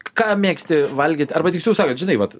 ką mėgsti valgyt arba tiksliau sakant žinai vat